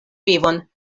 vivon